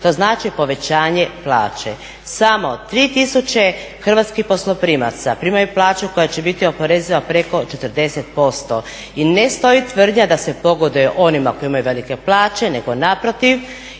To znači povećanje plaće. Samo 3000 hrvatskih posloprimaca primaju plaću koja će biti oporeziva preko 40% i ne stoji tvrdnja da se pogoduje onima koji imaju velike plaće nego naprotiv,